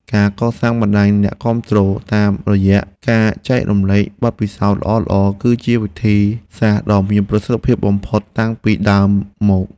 ការកសាងបណ្ដាញអ្នកគាំទ្រតាមរយៈការចែករំលែកបទពិសោធន៍ល្អៗ គឺជាវិធីសាស្ត្រដ៏មានប្រសិទ្ធភាពបំផុតតាំងពីដើមមក។